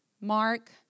Mark